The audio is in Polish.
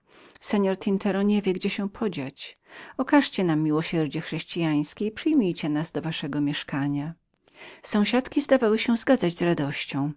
tintero nie wie gdzie się podzieć zlitujcie się nad nami i przyjmijcie nas do waszego mieszkania sąsiadki zdały się zgadzać